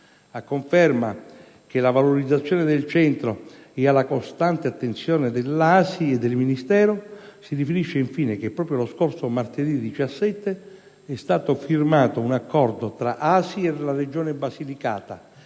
A conferma che la valorizzazione del Centro è alla costante attenzione dell'ASI e del Ministero, si riferisce, infine, che proprio lo scorso martedì 17 è stato firmato un accordo tra ASI e la Regione Basilicata